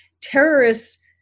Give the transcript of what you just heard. terrorists